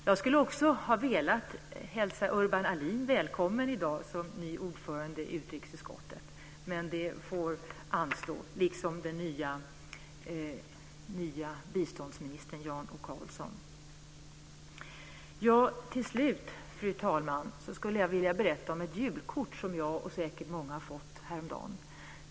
Jag hade också velat hälsa Urban Ahlin välkommen som ny ordförande i utrikesutskottet i dag, men det får anstå. Detsamma gäller den nya biståndsministern Jan O Karlsson. Till slut, fru talman, skulle jag vilja berätta om ett julkort som jag, och säkert många andra, fick häromdagen.